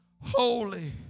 Holy